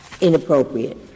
inappropriate